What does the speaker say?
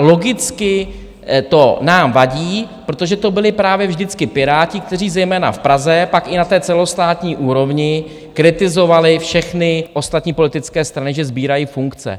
Logicky nám to vadí, protože to byli právě vždycky Piráti, kteří zejména v Praze a pak i na té celostátní úrovni kritizovali všechny ostatní politické strany, že sbírají funkce.